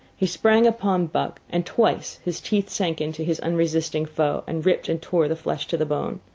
he sprang upon buck, and twice his teeth sank into his unresisting foe and ripped and tore the flesh to the bone.